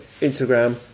Instagram